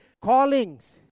callings